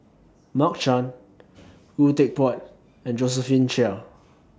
Mark Chan Khoo Teck Puat and Josephine Chia